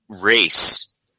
race